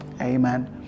Amen